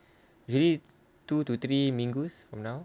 you need two to three minggu from now